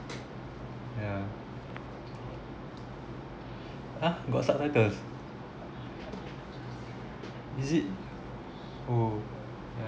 yeah ah got subtitles is it oh yeah